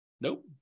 Nope